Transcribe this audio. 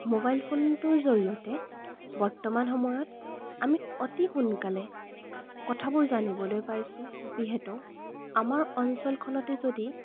mobile ফোনটোৰ জৰিয়তে বৰ্তমান সময়ত আমি অতি সোনকালে কথাবোৰ জানিবলৈ পাইছোঁ যিহেতু আমাৰ অঞ্চলখনতে যদি